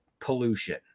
pollution